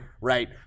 Right